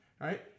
Right